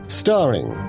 starring